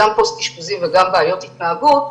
פוסט אשפוזי וגם בעיות התנהגות,